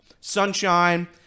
Sunshine